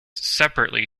separately